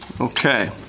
Okay